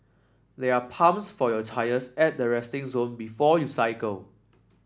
there are pumps for your tyres at the resting zone before you cycle